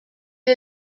est